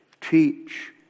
teach